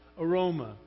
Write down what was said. aroma